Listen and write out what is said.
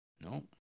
No